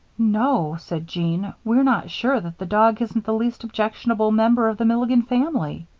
no, said jean, we're not sure that the dog isn't the least objectionable member of the milligan family.